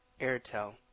Airtel